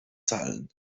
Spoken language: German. zahlen